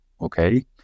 okay